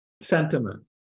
sentiment